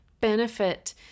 benefit